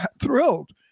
thrilled